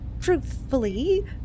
truthfully